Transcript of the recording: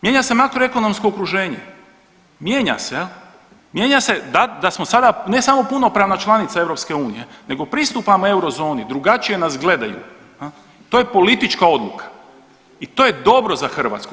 Mijenja se makroekonomsko okruženje, mijenja se jel, mijenja se da da smo sada ne samo punopravna članica EU nego pristupamo eurozoni, drugačije nas gledaju jel, to je politička odluka i to je dobro za Hrvatsku.